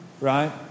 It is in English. Right